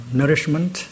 nourishment